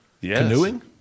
Canoeing